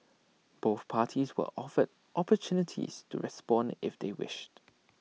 both parties were offered opportunities to respond if they wished